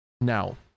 Now